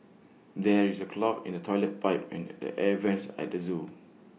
there is A clog in the Toilet Pipe and the air Vents at the Zoo